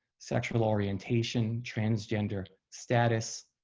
sexual orientation, transgender status,